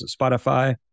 Spotify